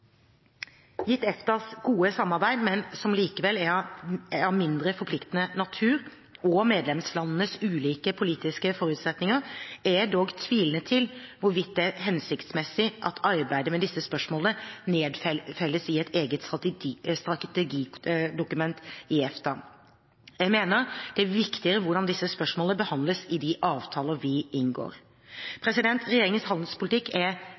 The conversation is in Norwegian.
Gitt EFTAs gode samarbeid, men som likevel er av en mindre forpliktende natur, og medlemslandenes ulike politiske forutsetninger, er jeg dog tvilende til hvorvidt det er hensiktsmessig at arbeidet med disse spørsmålene nedfelles i et eget strategidokument i EFTA. Jeg mener at det er viktigere hvordan disse spørsmålene behandles i de avtalene vi inngår. Regjeringens handelspolitikk er